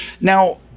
Now